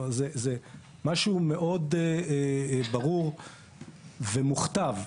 זה משהו מאוד ברור ומוכתב.